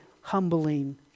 humbling